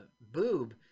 boob